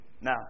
Now